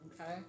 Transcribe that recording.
okay